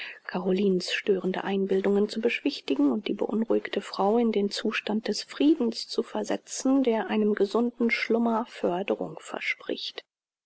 carolinens störende einbildungen zu beschwichtigen und die beunruhigte frau in den zustand des friedens zu versetzen der einem gesunden schlummer förderung verspricht